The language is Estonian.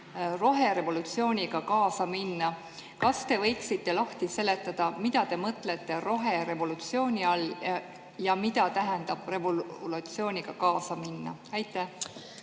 "roherevolutsiooniga kaasa minna". Kas te võiksite lahti seletada, mida te mõtlete roherevolutsiooni all ja mida tähendab "revolutsiooniga kaasa minna"? Aitäh!